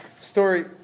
Story